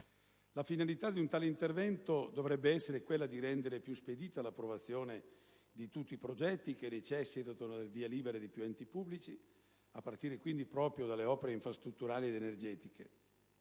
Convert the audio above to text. La finalità di un tale intervento dovrebbe essere quella di rendere più spedita l'approvazione di tutti i progetti che necessitano del via libera di più enti pubblici, a partire quindi proprio dalle opere infrastrutturali ed energetiche.